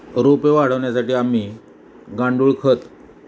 रोपे वाढवण्यासाठी आम्ही गांडूळखत